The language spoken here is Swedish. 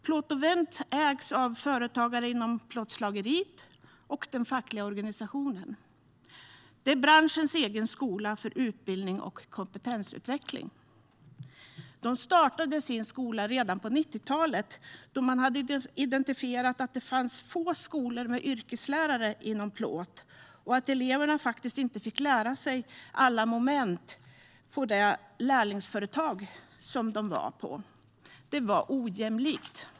Plåt & Vent ägs av företagare inom plåtslageriet och den fackliga organisationen och är branschens egen skola för utbildning och kompetensutveckling. De startade sin skola redan på 90-talet, då man hade identifierat att det fanns få skolor med yrkeslärare inom plåt och att eleverna faktiskt inte fick lära sig alla moment på sina lärlingsföretag. Det var ojämlikt.